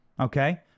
okay